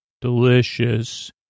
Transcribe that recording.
delicious